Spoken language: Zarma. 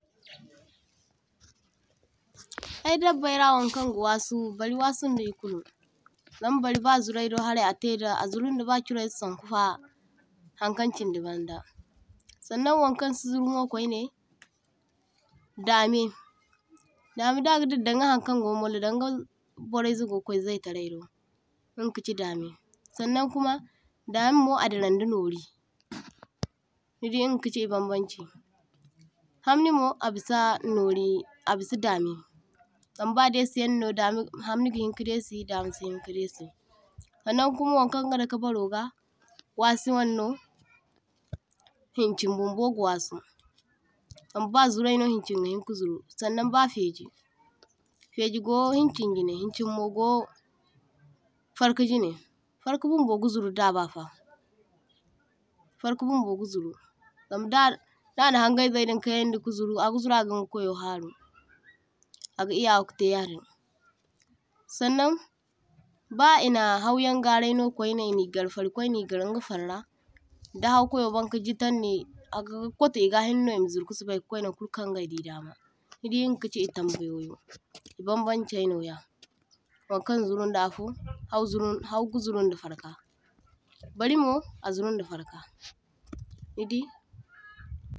toh-toh Ay dabbai ra wankan ga wasu bari wasuŋ da ikulu, zama bari ba zurai do harai a teda a zuruŋ da ba churaize sankufa hankaŋ chindi banda. Sannaŋ wankan si zuru mo kwaine dame, dame da’aga dira daŋga hankaŋ go mollo daŋga boraize go kwai zaitarai inga kachi dame, sannaŋ kuma dame mo a diranda nori, nidi inga kachi I bambaŋ chi. Hamni mo a bisa nori a bisa dame, zam ba desiyaŋ no dame hamni gi hinka desi dame si hinka desi. Sannaŋ kuma wankan ga dake baro ga wasi wanno, hinchin bumbo ga wasu zama ba zurai no hinchin ga hinka zuru, sannan ba feji, feji go hinchiŋ jine hinchi mo go farka jine. Farka bumbo ga zuru daa bafa, farka bumbo ga zuru zam da da na hangaizai din kayandi a ga zuru aga zuru aga inga kwayo haru aga iyawa ka te yadin. Sannaŋ ba ina hauyaŋ garai no kwaine ini gar fari kwai ni gar inga far ra, da hau kwayo banka jitandi aga kwato iga hinna no ima zuru kwai naŋ kulu kan idi dama, nidi inga kachi I tambayoyi, i'bambanchai noya, wankaŋ zurunda afo, hau zuru hau ga zurun da farka, bari mo a zurun da farka, nidi.